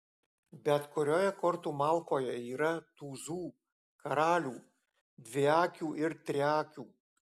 bet kurioje kortų malkoje yra tūzų karalių dviakių ir triakių